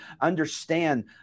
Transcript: understand